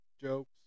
jokes